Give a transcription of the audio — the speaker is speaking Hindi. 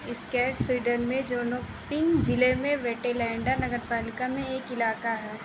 स्केड स्वीडन में जोन्कोपिंग ज़िले में वेटलैंडा नगरपालिका में एक इलाक़ा है